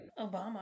Obama